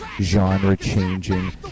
genre-changing